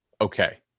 Okay